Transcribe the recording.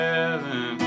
Heaven